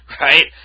right